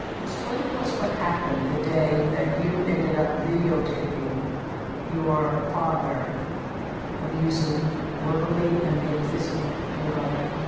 explain to us what happened the day that you ended up videotaping your father abusing verbally and then physically your mother.